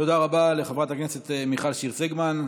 תודה רבה לחברת הכנסת מיכל שיר סגמן.